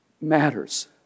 matters